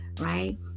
right